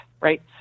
right